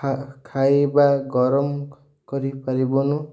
ଖାଇବା ଗରମ କରିପାରିବୁନୁ